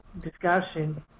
discussion